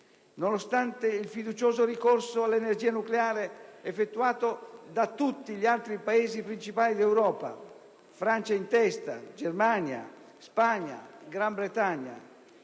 nonostante il fiducioso ricorso all'energia nucleare effettuato da tutti gli altri principali Paesi d'Europa, Francia in testa, e poi Germania, Spagna, Gran Bretagna.